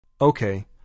Okay